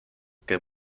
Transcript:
que